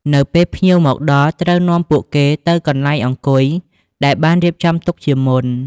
នៅពេលភ្ញៀវមកដល់ ត្រូវនាំផ្លូវពួកគេទៅកាន់កន្លែងអង្គុយដែលបានរៀបចំទុកជាមុន។